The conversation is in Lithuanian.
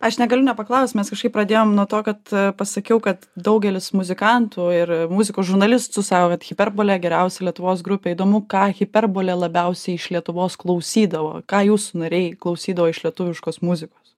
aš negaliu nepaklaust mes kažkaip pradėjom nuo to kad pasakiau kad daugelis muzikantų ir muzikos žurnalistų sako kad hiperbolė geriausia lietuvos grupė įdomu ką hiperbolė labiausiai iš lietuvos klausydavo ką jūsų nariai klausydavo iš lietuviškos muzikos